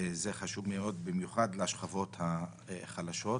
זה חשוב מאוד במיוחד לשכבות החלשות.